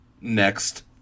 next